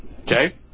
okay